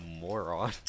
moron